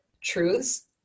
truths